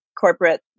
corporate